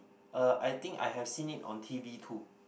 uh I think I have seen it on t_v too